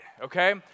okay